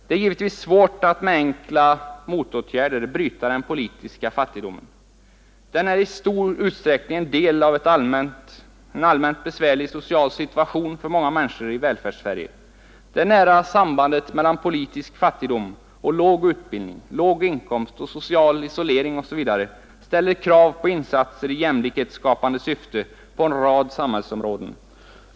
Det är givetvis inte lätt att med enkla motåtgärder bryta den politiska fattigdomen. Den är i stor utsträckning en del i en allmänt besvärlig social situation för många människor i Välfärdssverige. Det nära sambandet mellan politisk fattigdom och låg utbildning, låg inkomst, social isolering osv. ställer krav på insatser i jämlikhetsskapande syfte på en rad samhällsområden.